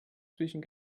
zwischen